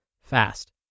fast